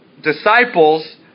disciples